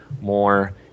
more